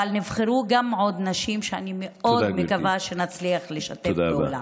אבל נבחרו גם עוד נשים שאני מאוד מקווה שנצליח לשתף פעולה.